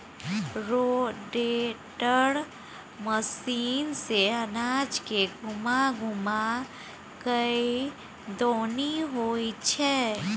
rotator machine सँ अनाज के घूमा घूमा कय दऊनी होइ छै